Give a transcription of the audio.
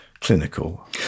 Clinical